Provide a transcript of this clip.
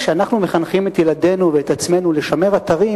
כשאנחנו מחנכים את ילדינו ואת עצמנו לשמר אתרים,